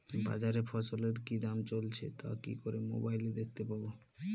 বাজারে ফসলের কি দাম চলছে তা কি করে মোবাইলে দেখতে পাবো?